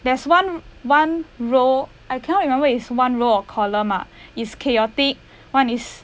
there's one one row I can not remember is one row or column ah is chaotic [one] is